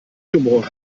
humor